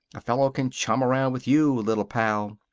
a fellow can chum around with you. little pal.